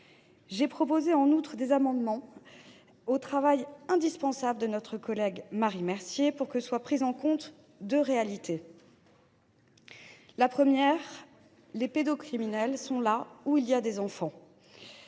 J’ai proposé en outre des amendements au travail indispensable de notre collègue, pour que soient prises en compte deux réalités : d’une part, les pédocriminels sont là où il y a des enfants,